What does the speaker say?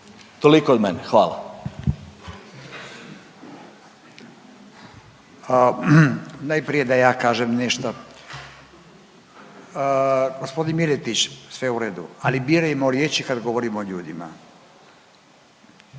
Furio (Nezavisni)** Najprije da ja kažem nešto. Gospodin Miletić, sve u redu ali birajmo riječi kad govorimo o ljudima, prva